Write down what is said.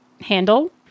handle